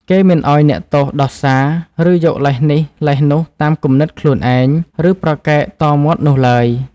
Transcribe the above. គេមិនឱ្យអ្នកទោសដោះសារ ឬយកលេសនេះលេសនោះតាមគំនិតខ្លួនឯង ឬប្រកែកតមាត់នោះឡើយ។